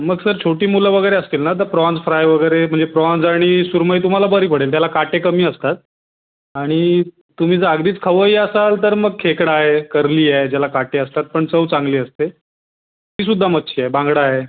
मग सर छोटी मुलं वगैरे असतील ना तर प्राँज फ्राय वगैरे म्हणजे प्राँज आणि सुरमई तुम्हाला बरी पडेल त्याला काटे कमी असतात आणि तुम्ही जर अगदीच खवय्ये असाल तर मग खेकडा आहे कर्ली आहे ज्याला काटे असतात पण चव चांगली असते तीसुद्धा मच्छी आहे बांगडा आहे